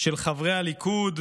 של חברי הליכוד,